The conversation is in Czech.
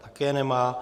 Také nemá.